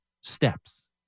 steps